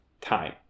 time